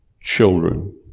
children